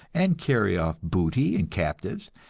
and carry off booty and captives,